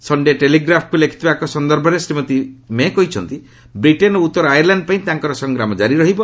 Sunday ଟେଲିଗ୍ରାଫକ୍ ଲେଖିଥିବା ଏକ ସନ୍ଦର୍ଭରେ ଶ୍ରୀମତୀ ମେ କହିଛନ୍ତି ବ୍ରିଟେନ ଓ ଉତ୍ତର ଆର୍ୟଲାଣ୍ଡ ପାଇଁ ତାଙ୍କର ସଂଗ୍ରାମ କାରି ରହିବ